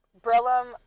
Brillum